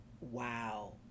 Wow